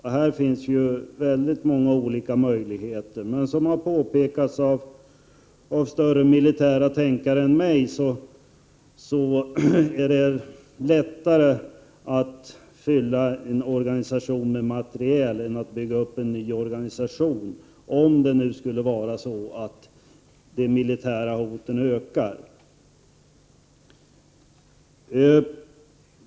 Här finns väldigt många olika möjligheter. Som har påpekats av större militära tänkare än av mig är det lättare att fylla en organisation med materiel än att bygga upp en ny organisation, om det skulle vara så att de militära hoten ökar.